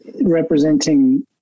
Representing